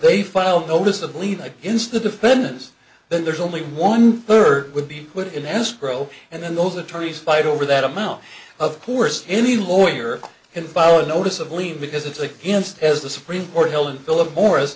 they filed a notice of leave against the defendants there's only one per would be put in escrow and then those attorneys fight over that amount of course any lawyer and bio notice of leave because it's against as the supreme court held in philip morris